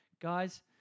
guys